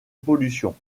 pollution